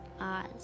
Oz